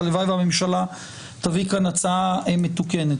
והלוואי שהממשלה תביא לכאן הצעה מתוקנת.